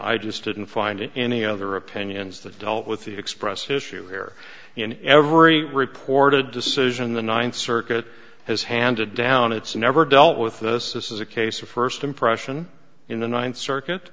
i just didn't find any other opinions that dealt with the express his shoe here in every reported decision the ninth circuit has handed down it's never dealt with this this is a case of first impression in the ninth circuit